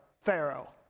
Pharaoh